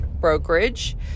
brokerage